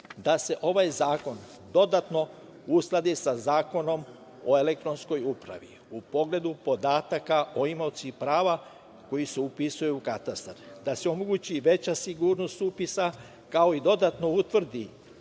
da se ovaj zakon dodatno uskladi sa Zakonom o elektronskoj upravi u pogledu podataka o imaocima prava koji se upisuju u katastar, da se omogući i veća sigurnost upisa, kao i dodatno utvrdi